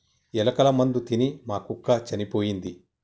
ఎలుకల మందు తిని మా కుక్క చనిపోయింది